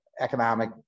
economic